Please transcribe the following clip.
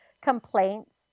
complaints